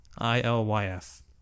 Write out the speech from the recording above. I-L-Y-F